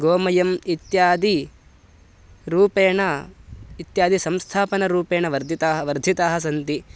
गोमयम् इत्यादिरूपेण इत्यादिसंस्थापनरूपेण वर्धिताः वर्धिताः सन्ति